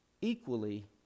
equally